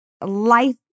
life